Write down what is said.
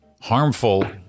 harmful